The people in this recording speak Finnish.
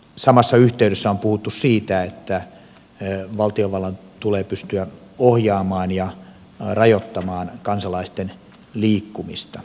samassa yhteydessä on puhuttu siitä että valtiovallan tulee pystyä ohjaamaan ja rajoittamaan kansalaisten liikkumista